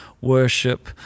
worship